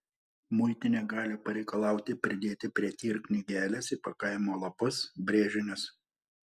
muitinė gali pareikalauti pridėti prie tir knygelės įpakavimo lapus brėžinius